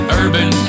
urban